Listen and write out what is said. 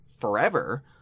forever